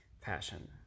passion